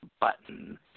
button